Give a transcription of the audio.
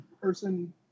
person